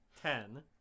Ten